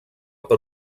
per